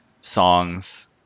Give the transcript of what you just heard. songs